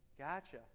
Gotcha